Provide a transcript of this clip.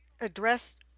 address